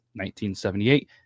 1978